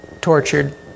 tortured